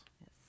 Yes